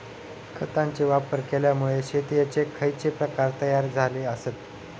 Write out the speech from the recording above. खतांचे वापर केल्यामुळे शेतीयेचे खैचे प्रकार तयार झाले आसत?